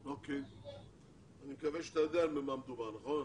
אני מקווה שאתה יודע במה מדובר, נכון?